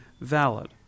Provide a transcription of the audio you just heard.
valid